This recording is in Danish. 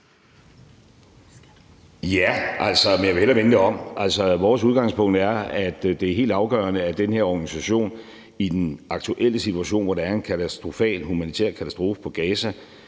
Rasmussen): Jeg vil hellere vende det om. Vores udgangspunkt er, at det er helt afgørende, at den her organisation i den aktuelle situation, hvor der er en katastrofal humanitær katastrofe i Gaza,